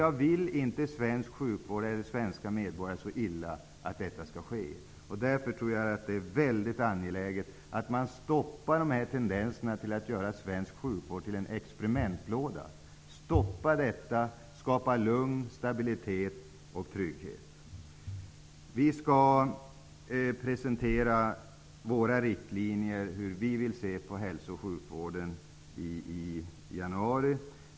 Jag vill inte svensk sjukvård eller de svenska medborgarna så illa att detta skall ske. Därför tror jag att det är mycket angeläget att man stoppar tendenserna att göra svensk sjukvård till en experimentlåda. I stället skall man skapa lugn, stabilitet och trygghet. I januari skall vi presentera våra riktlinjer och hur vi vill se på hälso och sjukvården.